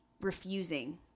refusing